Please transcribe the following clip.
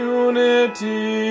unity